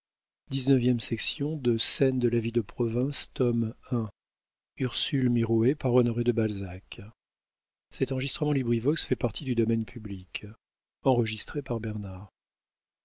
de scène de la vie de province tome i author honoré de balzac